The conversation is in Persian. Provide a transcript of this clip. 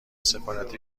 سفارت